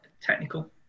technical